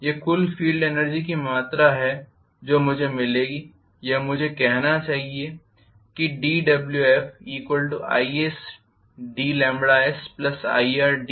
यह कुल field energy की मात्रा है जो मुझे मिलेगी या मुझे यह कहना चाहिए dWfisdsirdrकुल फील्ड एनर्जी